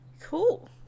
cool